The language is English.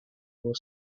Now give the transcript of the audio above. your